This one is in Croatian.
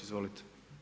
Izvolite.